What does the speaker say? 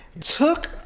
took